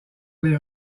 les